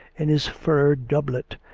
in his furred doublet,